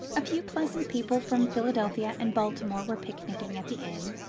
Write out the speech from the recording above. a few pleasant people from philadelphia and baltimore were picknicking at the inn,